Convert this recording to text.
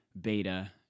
Beta